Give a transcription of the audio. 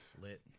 Lit